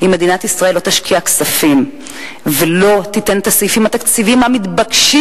אם מדינת ישראל לא תשקיע כספים ולא תיתן את הסעיפים התקציביים המתבקשים